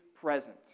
present